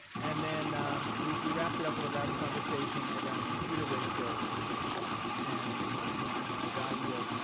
and then we we wrapped it up with a rowdy conversation around computer ratios and you know the value of